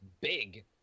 big